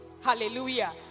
hallelujah